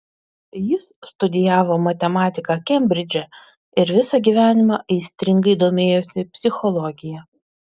jis studijavo matematiką kembridže ir visą gyvenimą aistringai domėjosi psichologija